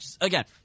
again